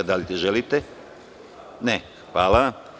Da li želite? (Ne.) Hvala.